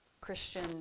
Christian